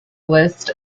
list